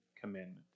commandment